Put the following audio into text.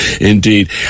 Indeed